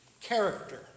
character